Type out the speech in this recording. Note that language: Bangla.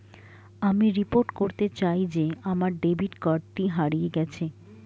আমি রিপোর্ট করতে চাই যে আমার ডেবিট কার্ডটি হারিয়ে গেছে